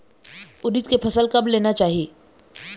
उरीद के फसल कब लेना चाही?